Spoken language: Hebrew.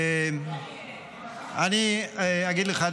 אני אגיד לך,